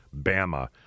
Bama